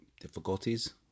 Difficulties